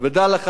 ודע לך,